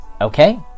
okay